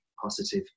positive